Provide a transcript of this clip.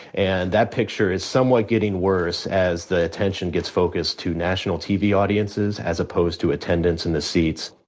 and that picture is somewhat getting worse as the attention gets focused to national tv audiences as opposed to attendance in the seats.